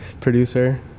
Producer